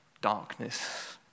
darkness